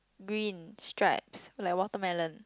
green stripes like watermelon